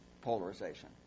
polarization